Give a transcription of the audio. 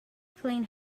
clean